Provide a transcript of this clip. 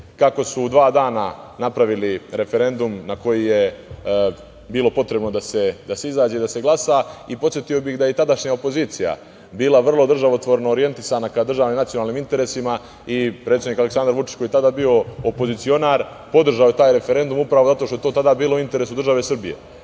kako su u dva dana napravili referendum na koji je bilo potrebno da se izađe i da se glasa. Podsetio bih da je i tadašnja opozicija bila vrlo državotvorno orijentisana ka državnim nacionalnim interesima i predsednik Aleksandar Vučić, koji je tada bio opozicionar, podržao je taj referendum upravo zato što je to tada bilo u interesu države Srbije. Tada